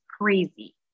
crazy